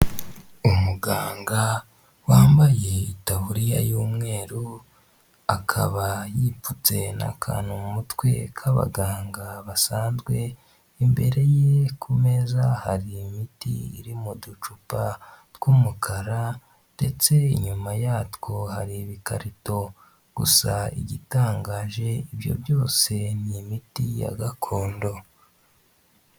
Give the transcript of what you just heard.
Umuganga wambaye itaburiya y'umweru akaba yipfutse n'akantu mu mutwe k'abaganga basanzwe imbere ye ku meza hari imiti iri mu ducupa tw'umukara ndetse inyuma yatwo hari ibikarito gusa igitangaje ibyo byose ni imiti ya gakondo.